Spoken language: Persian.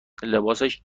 لباسش